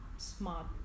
smart